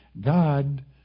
God